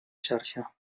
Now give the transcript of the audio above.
xarxa